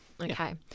Okay